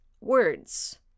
words